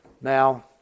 Now